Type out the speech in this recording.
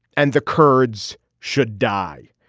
and the kurds should die.